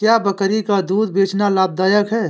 क्या बकरी का दूध बेचना लाभदायक है?